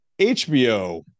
HBO